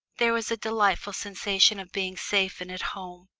there was a delightful sensation of being safe and at home,